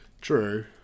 true